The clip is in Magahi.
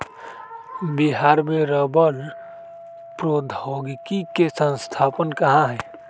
बिहार में रबड़ प्रौद्योगिकी के संस्थान कहाँ हई?